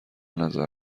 نظر